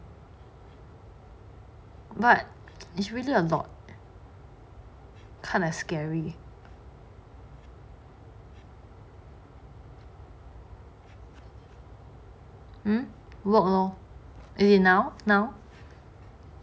but it's really a lot kind of scary !huh! work lor as in now now